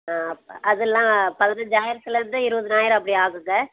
ஆ அதெல்லாம் பதினைஞ்சாயிரத்திலேருந்தே இருபதனாயிரம் அப்படி ஆகுங்க